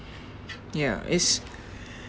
ya it's